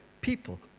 people